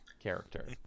character